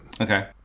okay